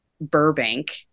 Burbank